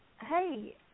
hey